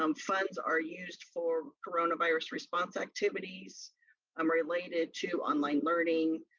um funds are used for coronavirus response activities um related to online learning,